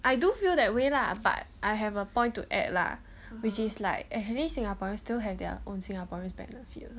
I do feel that way lah but I have a point to add lah which is like at least singaporeans still have their own singaporeans benefit